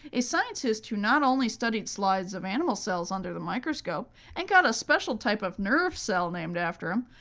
a scientist who not only studied slides of animal cells under the microscope and got a special type of nerve cell named after him,